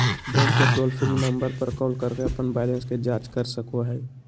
bank के toll free number पर call करके अपन बैलेंस के जांच कर सको हइ